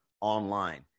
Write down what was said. online